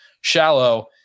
shallow